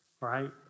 right